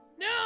no